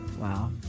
Wow